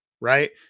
right